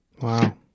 Wow